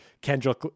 Kendrick